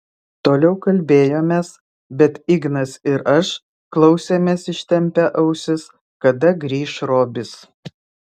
toliau kalbėjomės bet ignas ir aš klausėmės ištempę ausis kada grįš robis